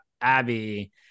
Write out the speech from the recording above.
abby